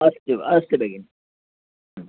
अस्तु वा अस्तु भगिनि